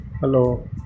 Hello